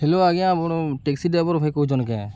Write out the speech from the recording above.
hello ଆଜ୍ଞା ଆପଣ taxi driver ଭାଇ କହୁଛନ୍ତି କେଁ